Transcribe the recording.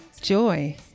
joy